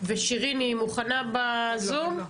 אני חייב לומר,